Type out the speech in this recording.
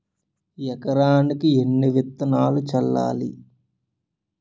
ఎకరానికి ఎన్ని విత్తనాలు చల్లాలి?